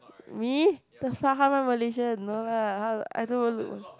me the fuck how am I Malaysian no lah I I don't even look